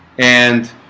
and